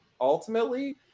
ultimately